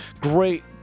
Great